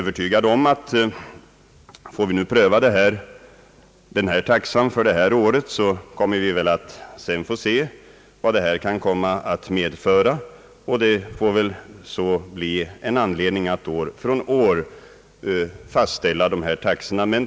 Vi får nu pröva den här taxan under det här året, och det blir väl sedan anledning att fastställa taxorna år från år.